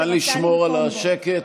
נא לשמור על השקט,